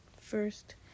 first